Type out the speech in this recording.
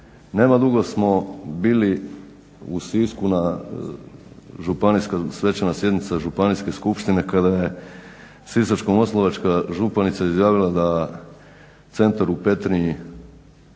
Nema dugo smo bili u Sisku na županijskoj svečanoj sjednici Županijske skupštine kada je Sisačko-moslavačka županica izjavila da Centar u Petrinji